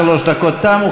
שלוש הדקות תמו.